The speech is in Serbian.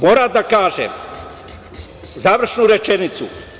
Moram da kažem završnu rečenicu.